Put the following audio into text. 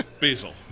Basil